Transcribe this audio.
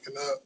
up